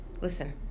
listen